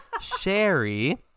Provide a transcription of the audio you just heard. Sherry